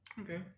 Okay